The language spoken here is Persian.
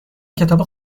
کتاب